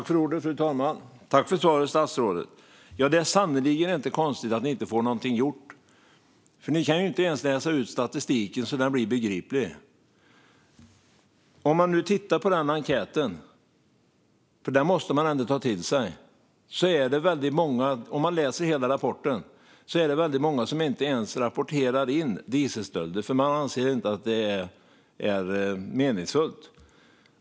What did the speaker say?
Fru talman! Tack för svaret, statsrådet! Det är sannerligen inte konstigt att ni inte får någonting gjort, för ni kan ju inte ens läsa ut statistiken så att den blir begriplig. Om man nu tittar på den enkäten, för den måste man ändå ta till sig, och läser hela rapporten ser man att det är väldigt många som inte ens rapporterar in dieselstölder eftersom de inte anser att det är meningsfullt.